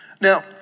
Now